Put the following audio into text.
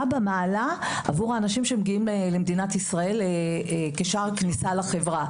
במעלה עבור האנשים שמגיעים למדינת ישראל כשער כניסה לחברה.